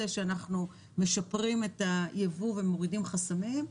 שאנחנו משפרים את היבוא ומורידים חסמים,